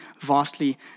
vastly